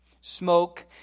Smoke